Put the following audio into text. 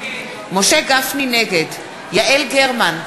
נגד יעל גרמן,